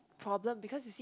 problem because you see